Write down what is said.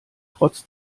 trotz